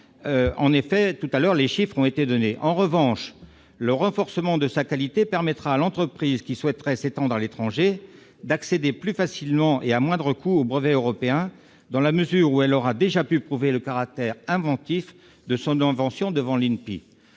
chiffres ont été précédemment donnés. En revanche, le renforcement de sa qualité permettra à l'entreprise qui souhaiterait s'étendre à l'étranger d'accéder plus facilement et à moindre coût au brevet européen dans la mesure où elle aura déjà pu prouver le caractère inventif de son invention devant l'INPI.